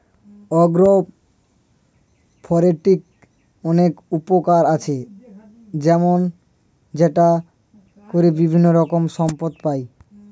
agro ফরেস্ট্রির অনেক উপকার আছে, যেমন সেটা করে বিভিন্ন রকমের সম্পদ পাই